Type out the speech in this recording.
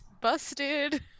Busted